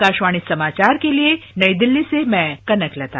आकाशवाणी समाचार के लिए नई दिल्ली से मैं कनकलता